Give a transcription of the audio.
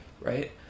Right